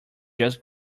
just